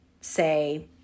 say